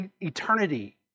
eternity